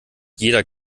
jeder